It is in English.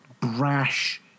brash